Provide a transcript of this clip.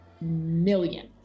million